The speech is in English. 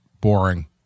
boring